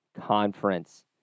Conference